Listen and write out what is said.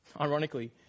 Ironically